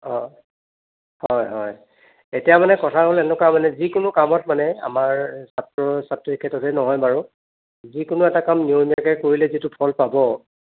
অঁ হয় হয় এতিয়া মানে কথা হ'ল এনেকুৱা মানে যিকোনো কামত মানে আমাৰ ছাত্ৰ ছাত্ৰীৰ ক্ষেত্ৰতেই নহয় বাৰু যিকোনো এটা কাম নিয়মীয়াকৈ কৰিলে যিটো ফল পাব